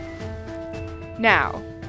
Now